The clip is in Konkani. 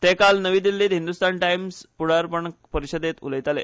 तेकाल नवी दिल्लीत हिंदुस्थान टायम्स फुडारपण परिशदेत उलयताले